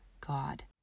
God